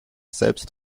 selbst